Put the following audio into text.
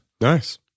Nice